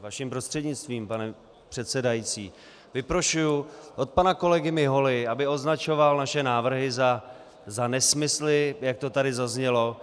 Vašim prostřednictvím, pane předsedající, vyprošuji od pana kolegy Miholy, aby označoval naše návrhy za nesmysly, jak to tady zaznělo.